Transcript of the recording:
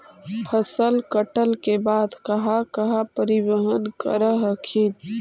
फसल कटल के बाद कहा कहा परिबहन कर हखिन?